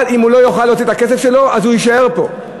אם הוא לא יוכל להוציא את הכסף שלו אז הוא יישאר פה.